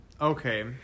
Okay